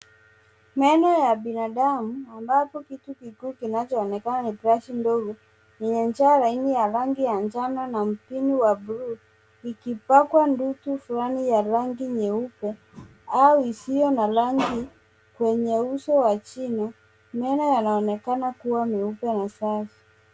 Meno ya biinadamua ambapo kitu kikuu kinachoonekana ni brashi ndogo yenye ncha laini ya rangi ya njano na mpini wa bluu likipaka ndutu flani ya rangi nyeupe au isiyo na rangi kwenye uso wa jino. Meno yanaonekana kuwa meupe na safi.